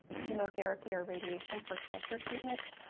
chemotherapy or radiation for cancer treatment,